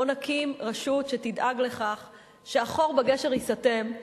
בוא נקים רשות שתדאג לכך שהחור בגשר ייסתם,